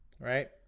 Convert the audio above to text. right